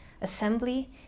assembly